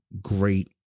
great